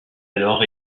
alors